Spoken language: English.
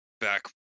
back